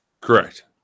Correct